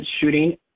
shooting